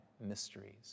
mysteries